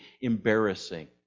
embarrassing